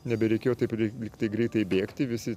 nebereikėjo taip lyg tai greitai bėgti visi